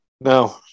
no